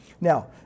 Now